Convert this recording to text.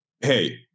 Hey